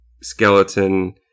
skeleton